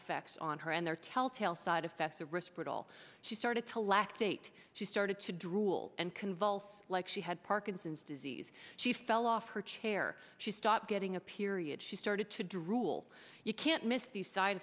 effects on her and their telltale side effects the risk brittle she started to lactate she started to drool and convulse like she had parkinson's disease she fell off her chair she stopped getting a period she started to drool you can't miss these side